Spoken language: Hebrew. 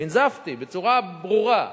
ננזפתי בצורה ברורה.